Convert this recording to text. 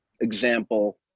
example